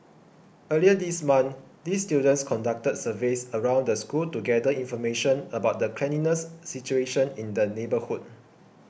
earlier this month these students conducted surveys around the school to gather information about the cleanliness situation in the neighbourhood